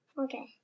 okay